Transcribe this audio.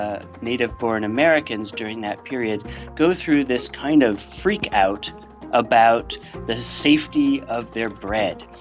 ah native-born americans during that period go through this kind of freak out about the safety of their bread.